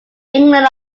england